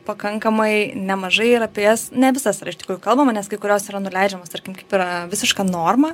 pakankamai nemažai ir apie jas ne visas yra iš tikrųjų kalbama nes kai kurios yra nuleidžiamos tarkim kaip yra visiška norma